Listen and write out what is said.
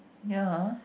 ya